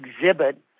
exhibit